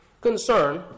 concern